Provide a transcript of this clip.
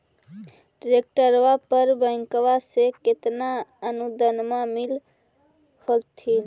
ट्रैक्टरबा पर बैंकबा से कितना अनुदन्मा मिल होत्थिन?